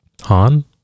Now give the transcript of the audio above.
Han